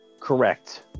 Correct